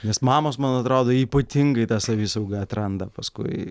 nes mamos man atrodo ypatingai tą savisaugą atranda paskui